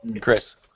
Chris